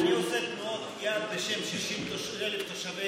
אני עושה תנועות יד בשם 60,000 תושבי אילת,